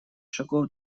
шагов